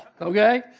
okay